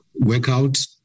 Workout